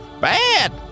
bad